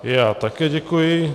Já také děkuji.